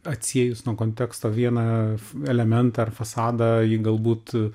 atsiejus nuo konteksto vieną elementą ar fasadą jį galbūt